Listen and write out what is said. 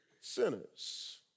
sinners